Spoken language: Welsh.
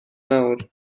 nawr